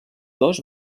dos